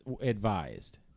advised